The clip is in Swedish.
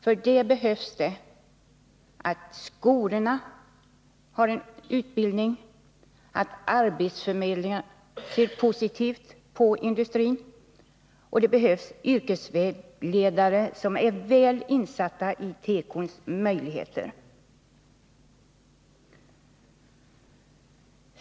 För det behövs att skolorna har en utbildning inom teko, att arbetsförmedlingarna ser positivt på industrin och det behövs yrkesvägledare, som är väl insatta i tekoindustrins möjligheter.